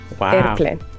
airplane